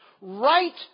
Right